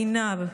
עינב,